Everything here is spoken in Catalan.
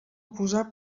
posar